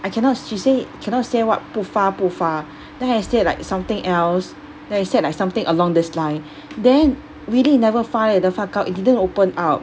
I cannot she say cannot say what 不发不发 then I said like something else then I said like something along this line then really never 发 eh the 发糕 it didn't open out